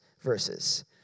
verses